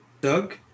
Doug